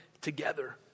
together